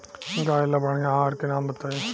गाय ला बढ़िया आहार के नाम बताई?